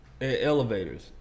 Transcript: elevators